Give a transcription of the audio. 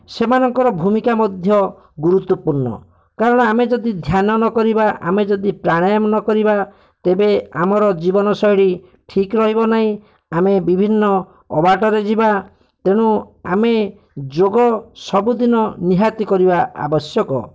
ସେମାନଙ୍କର ଭୂମିକା ମଧ୍ୟ ଗୁରୁତ୍ଵପୂର୍ଣ୍ଣ କାରଣ ଆମେ ଯଦି ଧ୍ୟାନ ନ କରିବା ଆମେ ଯଦି ପ୍ରାଣାୟମ୍ ନ କରିବା ତେବେ ଆମର ଜୀବନଶୈଳୀ ଠିକ୍ ରହିବ ନାହଁ ଆମେ ବିଭିନ୍ନ ଅବାଟରେ ଯିବା ତେଣୁ ଆମେ ଯୋଗ ସବୁଦିନ ନିହାତି କରିବା ଆବଶ୍ୟକ